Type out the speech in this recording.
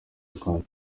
rwanda